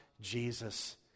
Jesus